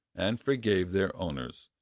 and forgave their owners,